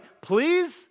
please